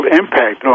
impact